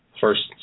first